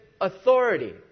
authority